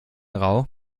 rau